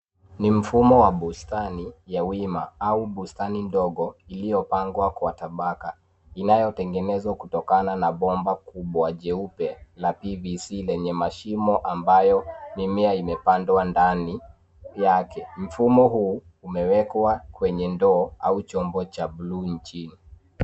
Ni mfumo wa bustani ya wima au bustani ndogo iliyopangwa kwa tabaka; inayotengenezwa kutokana na bomba kubwa jeupe la PVC lenye mashimo ambayo mimea imepandwa ndani yake. Mfumo huu umewekwa kwenye ndoo au chombo cha buluu chini.